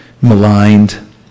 maligned